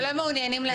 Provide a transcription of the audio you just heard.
שלא מעוניינים להגיע.